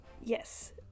Yes